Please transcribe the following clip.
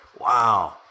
wow